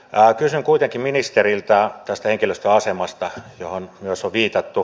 kysyn kuitenkin ministeriltä tästä henkilöstön asemasta johon myös on viitattu